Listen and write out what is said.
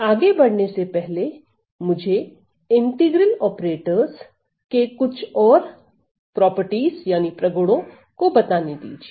आगे बढ़ने से पहले मुझे इंटीग्रल ऑपरेटरस के कुछ और प्रगुणों को बताने दीजिए